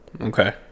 okay